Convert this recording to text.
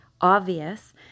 obvious